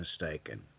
mistaken